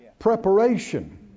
preparation